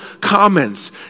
comments